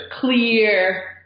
clear